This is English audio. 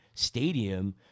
Stadium